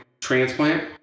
transplant